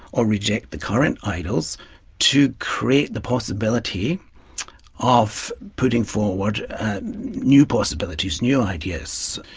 or reject the current idols to create the possibility of putting forward new possibilities, new ideas,